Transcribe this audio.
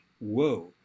whoa